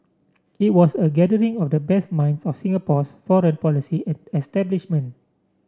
it was a gathering of the best minds of Singapore's foreign policy establishment